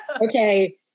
Okay